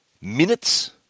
minutes